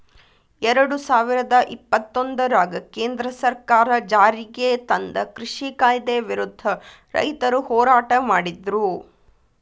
ಎರಡುಸಾವಿರದ ಇಪ್ಪತ್ತೊಂದರಾಗ ಕೇಂದ್ರ ಸರ್ಕಾರ ಜಾರಿಗೆತಂದ ಕೃಷಿ ಕಾಯ್ದೆ ವಿರುದ್ಧ ರೈತರು ಹೋರಾಟ ಮಾಡಿದ್ರು